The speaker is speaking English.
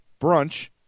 brunch